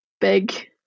big